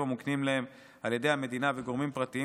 המוקנים להם על ידי המדינה וגורמים פרטיים,